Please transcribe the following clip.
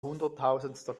hunderttausendster